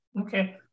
Okay